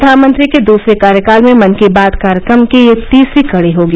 प्रधानमंत्री के दूसरे कार्यकाल में मन की बात कार्यक्रम की यह तीसरी कड़ी होगी